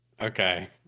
Okay